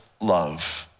love